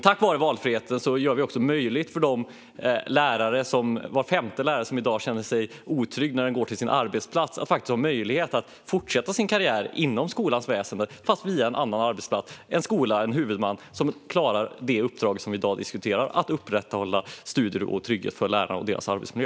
Tack vare valfriheten gör vi det också möjligt för var femte lärare, som i dag känner sig otrygg när han eller hon går till sin arbetsplats, att faktiskt fortsätta sin karriär inom skolväsendet men på en annan arbetsplats - en skola eller huvudman som klarar det uppdrag vi i dag diskuterar, nämligen att upprätthålla studiero och trygghet för lärarna och deras arbetsmiljö.